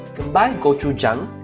combine gochujang